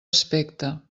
aspecte